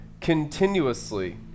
continuously